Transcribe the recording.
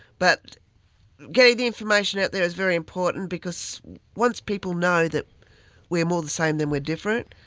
but getting the information out there is very important because once people know that we are more the same than we are different,